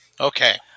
Okay